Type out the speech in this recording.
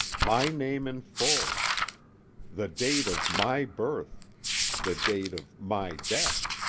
my name in full the date of my birth the date of my death!